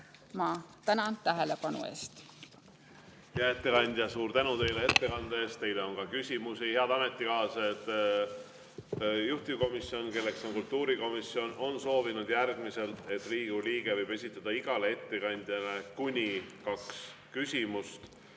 Ma tänan tähelepanu eest! Hea ettekandja, suur tänu teile ettekande eest! Teile on ka küsimusi. Head ametikaaslased! Juhtivkomisjon, kelleks on kultuurikomisjon, on soovinud, et Riigikogu liige võib esitada igale ettekandjale kuni kaks küsimust.